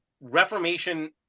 reformation